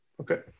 Okay